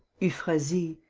euphrasie.